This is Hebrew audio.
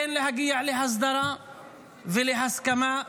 כן להגיע להסדרה ולהסכמה,